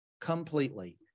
completely